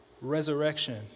resurrection